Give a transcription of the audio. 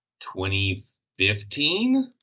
2015